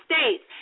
states